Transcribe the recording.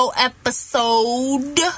episode